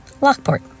Lockport